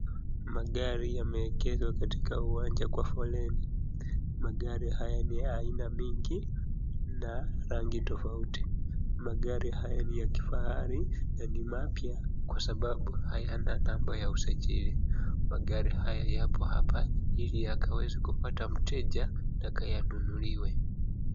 Magari yameegeshwa katika uwanja kwa foleni. Magari haya ni ya aina mingi na rangi tofauti. Magari haya ni ya kifahari na ni mapya kwa sabau hayana namba ya usajili. Magari haya yapo hapa ili yakaweze kupata mteja mpaka yanunuliwe.